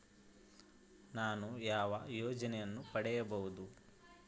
ನಾನು ಯಾವ ಯೋಜನೆಯನ್ನು ಪಡೆಯಬಹುದು?